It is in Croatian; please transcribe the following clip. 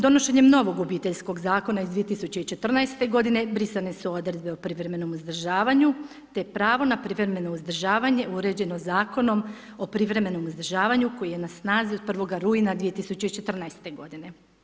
Donošenjem novog Obiteljskog zakona iz 2014. godine brisane su odredbe o privremenom uzdržavanju te pravo na privremeno uzdržavanje uređeno Zakonom o privremenom uzdržavanju koje je na snazi od 1. rujna 2014. godine.